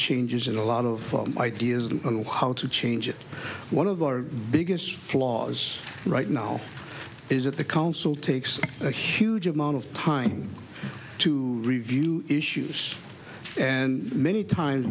changes in a lot of ideas on how to change it one of our biggest flaws right now is that the council takes a huge amount of time to review issues and many times